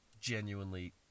Genuinely